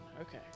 okay